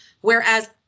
whereas